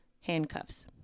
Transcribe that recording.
handcuffs